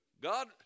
God